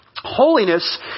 Holiness